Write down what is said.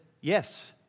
yes